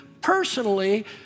personally